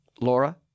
Laura